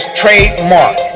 trademark